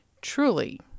truly